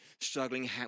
struggling